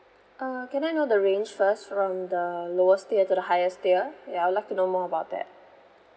uh can I know the range first from the lowest tier to the highest tier ya I'd like to know more about that